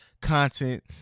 content